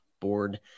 board